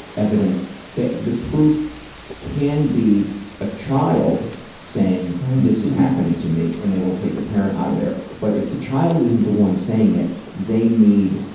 evidence the proof proof can be a child saying this is happening to me and they will take the parent out of there, but if the child isn't the one saying it they need,